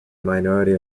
minority